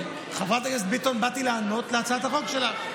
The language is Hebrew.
חברת הכנסת ביטון, באתי לענות על הצעת החוק שלך,